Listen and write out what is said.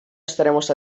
estaremos